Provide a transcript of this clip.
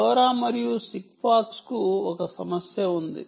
LoRa మరియు Sigfox కు ఒక సమస్య ఉంది